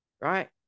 Right